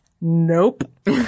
nope